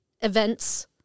events